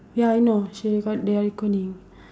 ya I know she got the recording